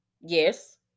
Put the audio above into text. Yes